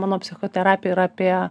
mano psichoterapija yra apie